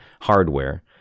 hardware